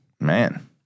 Man